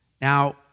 Now